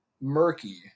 murky